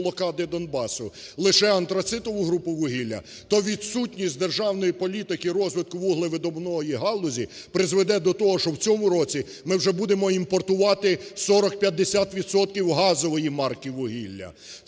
лише антрацитову групу вугілля, то відсутність державної політики і розвитку вуглевидобувної галузі призведе до того, що в цьому році ми вже будемо імпортувати 40-50 відсотків газової марки вугілля,